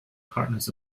partners